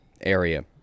area